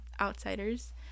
outsiders